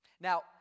now